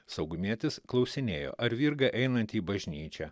saugumietis klausinėjo ar virga einanti į bažnyčią